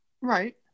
Right